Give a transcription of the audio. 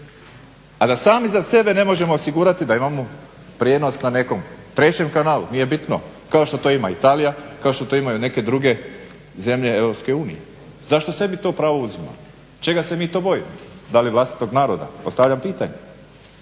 a da sami za sebe ne možemo osigurati da imamo prijenos na nekom trećem kanalu nije bitno kao što to ima Italija, kao što to imaju neke druge zemlje EU. Zašto sebi to pravo uzimamo? Čega se mi to bojimo? Da li vlastitog naroda? Postavljam pitanje.